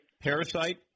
Parasite